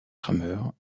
rameurs